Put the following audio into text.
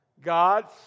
God's